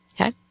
Okay